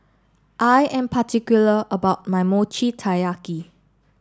I am particular about my Mochi Taiyaki